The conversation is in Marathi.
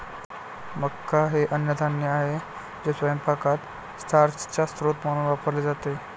मका हे अन्नधान्य आहे जे स्वयंपाकात स्टार्चचा स्रोत म्हणून वापरले जाते